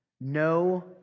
No